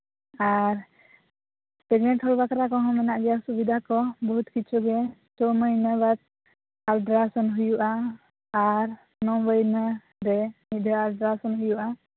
ᱟᱨ payment ᱵᱟᱠᱷᱨᱟ ᱠᱚᱦᱚᱸ ᱢᱮᱱᱟᱜ ᱜᱮᱭᱟ ᱥᱩᱵᱤᱫᱷᱟ ᱠᱚ ᱵᱚᱦᱩᱫ ᱠᱤᱪᱷᱩ ᱜᱮ ᱪᱷᱚ ᱢᱟᱹᱦᱱᱟᱹ ᱵᱟᱫ ᱟᱞᱴᱨᱟᱥᱚᱱ ᱦᱩᱭᱩᱜᱼᱟ ᱟᱨ ᱱᱚ ᱢᱟᱹᱦᱱᱟᱹ ᱨᱮ ᱢᱤᱫ ᱫᱷᱟᱣ ᱟᱞᱴᱨᱟᱥᱚᱱ ᱦᱩᱭᱩᱜᱼᱟ